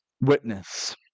witness